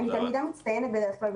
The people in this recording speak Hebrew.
אני תלמידה מצטיינת בדרך כלל,